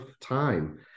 time